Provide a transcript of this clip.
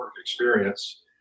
experience